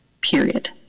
Period